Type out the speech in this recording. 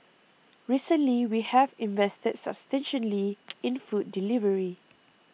recently we have invested substantially in food delivery